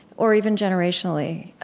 or even generationally,